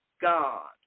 God